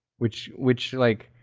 which which like